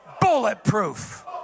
bulletproof